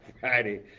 Friday